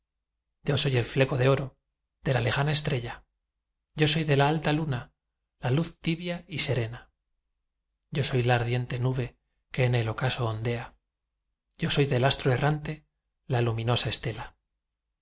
yo soy el fleco de oro de la lejana estrella yo soy de la alta luna la luz tibia y serena yo soy la ardiente nube que en el ocaso ondea yo soy del astro errante la luminosa estela